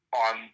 on